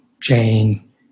jane